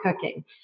cooking